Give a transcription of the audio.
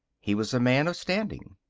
he was a man of standing.